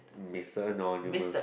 Mister anonymous